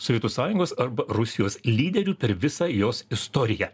sovietų sąjungos arba rusijos lyderių per visą jos istoriją